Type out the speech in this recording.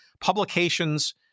publications